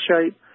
shape